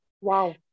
Wow